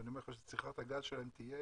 ואני אומר לך שצריכה הגז שלהם תהיה